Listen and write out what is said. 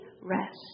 rest